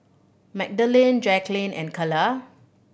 Magdalene Jaclyn and Kala